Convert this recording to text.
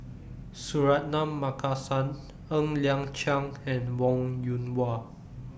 Suratman Markasan Ng Liang Chiang and Wong Yoon Wah